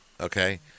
okay